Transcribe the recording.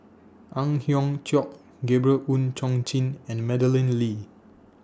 Ang Hiong Chiok Gabriel Oon Chong Jin and Madeleine Lee